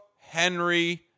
Henry